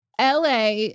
LA